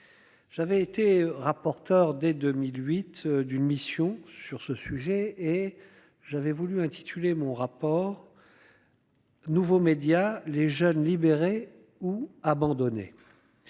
J'avais été rapporteur dès 2008 d'une mission sur ce sujet et j'avais voulu intituler mon rapport. Nouveaux médias, les jeunes libérés ou abandonnés.